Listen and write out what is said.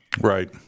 Right